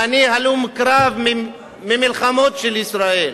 ואני הלום קרב ממלחמות של ישראל,